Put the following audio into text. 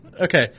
Okay